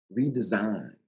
redesign